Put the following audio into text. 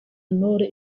ntore